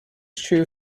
true